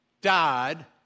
died